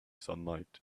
sunlight